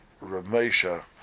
Ramesha